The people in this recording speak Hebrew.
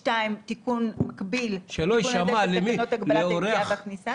2) תיקון מקביל על תקנות הגבלות הכניסה והיציאה,